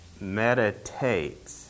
meditates